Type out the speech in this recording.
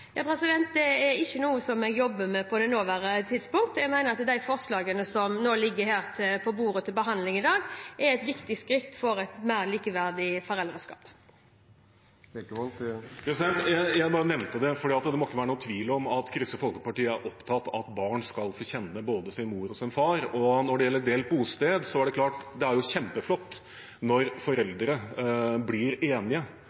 Det er ikke noe som jeg jobber med på det nåværende tidspunkt. Jeg mener at de forslagene som nå ligger her på bordet til behandling i dag, er et viktig skritt for et mer likeverdig foreldreskap. Jeg bare nevnte det, for det må ikke være noen tvil om at Kristelig Folkeparti er opptatt av at barn skal få kjenne både sin mor og sin far. Når det gjelder delt bosted, er det klart at det er kjempeflott når foreldre blir enige